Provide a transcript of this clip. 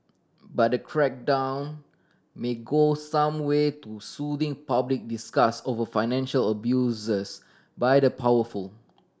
but the crackdown may go some way to soothing public disgust over financial abuses by the powerful